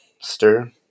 stir